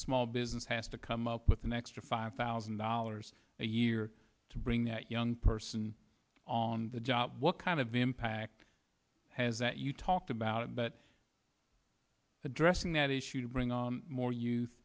small business has to come up with an extra five thousand dollars a year to bring that young person on the job what kind of impact has that you talked about but addressing that issue to bring more you